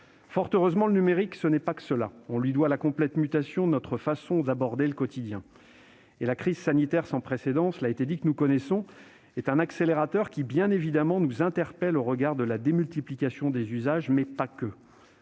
Fort heureusement, le numérique n'est pas que cela. On lui doit la complète mutation de notre façon d'aborder le quotidien. Comme certains l'ont souligné avant moi, la crise sanitaire sans précédent que nous connaissons est un accélérateur qui, bien évidemment, nous interpelle au regard de la démultiplication des usages, mais pas